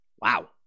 Wow